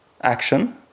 action